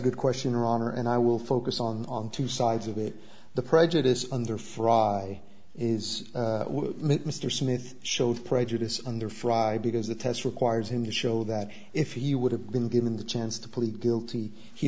good question rauner and i will focus on on two sides of it the prejudice under frye is mr smith showed prejudice under frye because the test requires him to show that if he would have been given the chance to plead guilty he